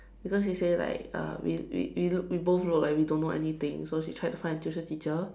because you say like uh we we we look we both look like we don't know anything so she tried to find a tuition teacher